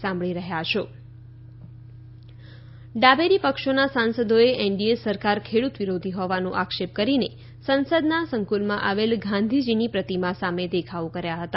સાંસદ વિરોધ ડાબેરી પક્ષોના સાંસદોએ એનડીએ સરકાર ખેડૂત વિરોધી હોવાનો આક્ષેપ કરીને સંસદના સંકુલમાં આવેલ ગાંધીજીની પ્રતિમા સામે દેખાવો કર્યા હતા